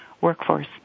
workforce